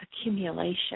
accumulation